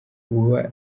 uba